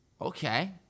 Okay